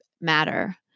matter